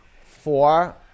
Four